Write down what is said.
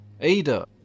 Ada